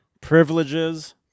Privileges